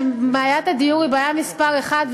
כשבעיית הדיור היא בעיה מספר אחת,